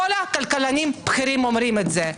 כל הכלכלנים הבכירים אומרים את זה.